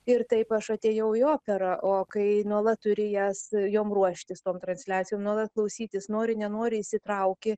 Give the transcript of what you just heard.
ir taip aš atėjau į operą o kai nuolat turi jas jom ruoštis tom transliacijom nuolat klausytis nori nenori įsitrauki